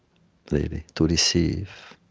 maybe, to receive.